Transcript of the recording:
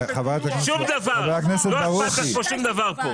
שום דבר, לא אכפת לך שום דבר פה.